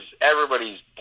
everybody's